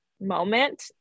moment